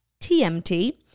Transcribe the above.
TMT